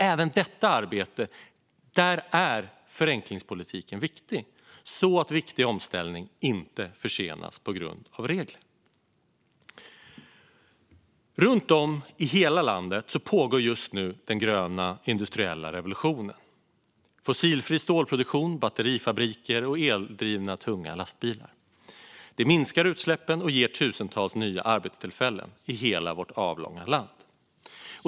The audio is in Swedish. Även i detta arbete är förenklingspolitiken viktig för att den viktiga omställningen inte ska försenas på grund av reglerna. Runt om i hela landet pågår just nu den gröna industriella revolutionen med fossilfri stålproduktion, batterifabriker och eldrivna tunga lastbilar. Det minskar utsläppen och ger tusentals nya arbetstillfällen i hela vårt avlånga land.